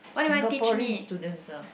Singaporean students ah